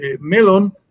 melon